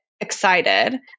excited